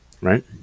Right